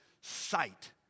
sight